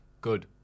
good